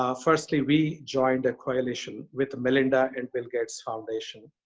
ah firstly, we joined a coalition with the melinda and bill gates foundation,